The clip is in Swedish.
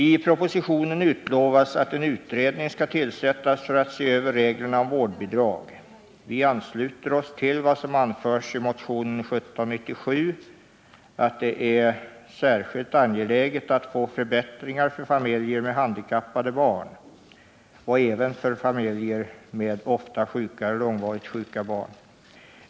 I propositionen utlovas att en utredning skall tillsättas för att se över reglerna om vårdbidrag. Vi ansluter oss till vad som anförs i motionen 1797, att det är särskilt angeläget att få förbättringar för familjer med handikappade barn och även för familjer med ofta sjuka eller långvarigt sjuka barn.